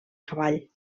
cavall